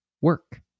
work